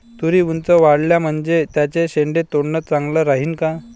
तुरी ऊंच वाढल्या म्हनजे त्याचे शेंडे तोडनं चांगलं राहीन का?